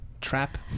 trap